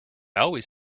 always